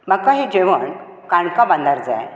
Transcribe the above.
म्हाका हे जेवण काणकां बांदार जाय